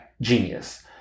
Genius